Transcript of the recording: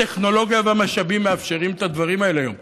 הטכנולוגיה והמשאבים מאפשרים את הדברים האלה היום.